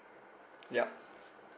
yup